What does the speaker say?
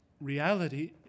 reality